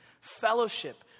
fellowship